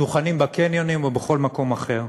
דוכנים בקניונים או בכל מקום אחר.